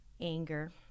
anger